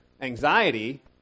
anxiety